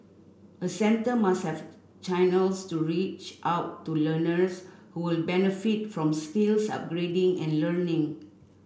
a centre must have channels to reach out to learners who benefit from skills upgrading and learning